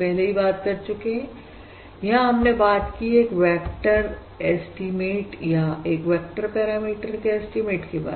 पहले ही बात कर चुके हैं यहां हमने बात की एक वेक्टर एस्टीमेट या एक वेक्टर पैरामीटर के एस्टीमेट के बारे में